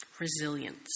resilience